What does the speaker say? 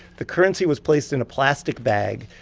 the currency was placed in a plastic bag.